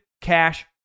cash